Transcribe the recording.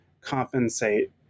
compensate